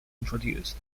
introduced